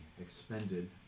expended